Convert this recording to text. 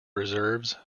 reserves